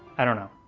i don't know,